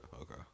Okay